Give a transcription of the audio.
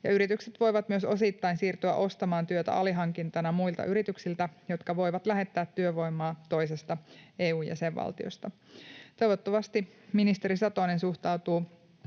yritykset voivat myös osittain siirtyä ostamaan työtä alihankintana muilta yrityksiltä, jotka voivat lähettää työvoimaa toisesta EU-jäsenvaltiosta. Toivottavasti ministeri Satonen suhtautuu